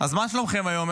אז מה שלומכם היום?